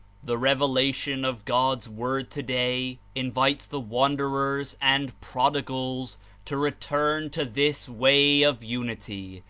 the revelation of god's word today invites the wanderers and prodigals to return to this way of unity,